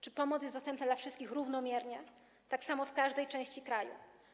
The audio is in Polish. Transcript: Czy pomoc jest dostępna dla wszystkich równomiernie, tak samo w każdej części kraju?